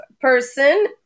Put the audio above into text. person